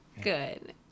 Good